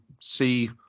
see